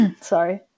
sorry